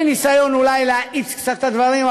בניסיון אולי להאיץ קצת את הדברים,